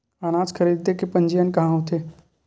अनाज खरीदे के पंजीयन कहां होथे?